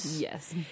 yes